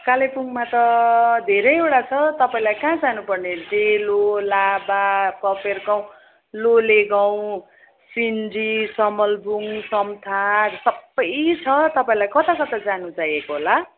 कालेबुङमा त धेरैवटा छ तपाईँलाई कहाँ जानु पर्ने डेलो लाभा कफेर गाउँ लोले गाउंँ सिन्जी समलबुङ समथार सबै छ तपाईँलाई कता कता जानु चाहिएको होला